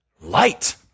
Light